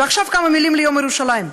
ועכשיו כמה מילים ליום ירושלים.